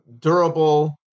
durable